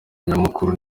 nyamukuru